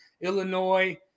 Illinois